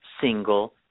single